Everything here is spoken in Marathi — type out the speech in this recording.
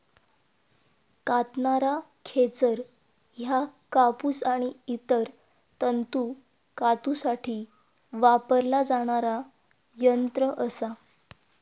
कातणारा खेचर ह्या कापूस आणि इतर तंतू कातूसाठी वापरला जाणारा यंत्र असा